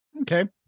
Okay